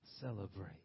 Celebrate